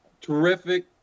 terrific